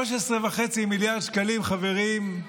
ב-13.5 מיליארד שקלים, חברים,